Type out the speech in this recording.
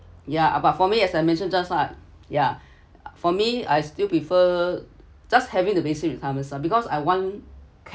ya but for me as I mentioned just now yeah for me I still prefer just having the basic retirement sum because I want